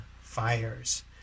fires